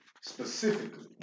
specifically